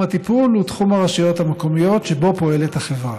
תחום הטיפול הוא תחום הרשויות המקומיות שבו פועלת החברה.